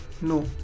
No